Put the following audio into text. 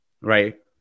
right